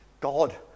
God